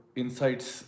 insights